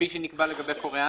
כפי שנקבע לגבי קוריאנים?